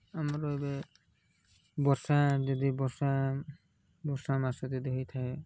ଆମର ଏବେ ବର୍ଷା ଯଦି ବର୍ଷା ବର୍ଷା ମାସରେ ଯଦି ହୋଇଥାଏ